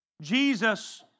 Jesus